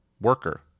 worker